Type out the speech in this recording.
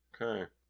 Okay